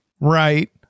Right